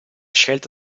scelta